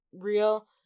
real